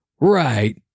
right